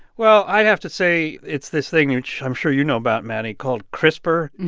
well, i have to say it's this thing, which i'm sure you know about, maddie, called crispr.